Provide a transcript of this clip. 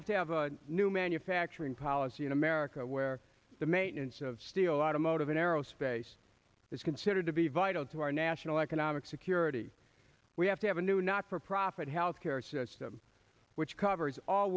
have to have a new manufacturing policy in america where the maintenance of steel automotive in aerospace is considered to be vital to our national economic security we have to have a new not for profit health care system which covers all